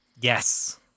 Yes